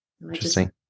Interesting